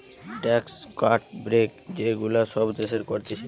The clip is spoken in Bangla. ট্যাক্স কাট, ব্রেক যে গুলা সব দেশের করতিছে